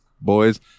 boys